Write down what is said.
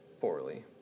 poorly